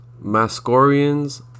Mascorians